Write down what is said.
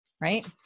right